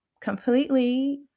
completely